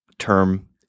term